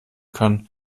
kann